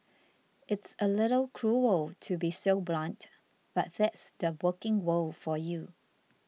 it's a little cruel to be so blunt but that's the working world for you